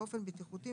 באופן בטיחותי,